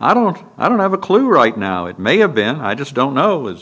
i don't i don't have a clue right now it may have been i just don't know